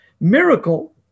Miracle